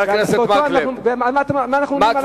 מה אנחנו אומרים עליו?